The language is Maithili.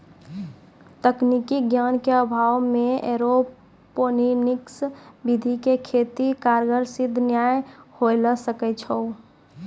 तकनीकी ज्ञान के अभाव मॅ एरोपोनिक्स विधि के खेती कारगर सिद्ध नाय होय ल सकै छो